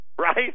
Right